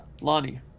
Lonnie